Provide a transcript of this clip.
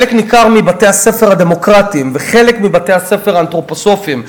בחלק ניכר מבתי-הספר הדמוקרטיים ובחלק מבתי-הספר האנתרופוסופיים.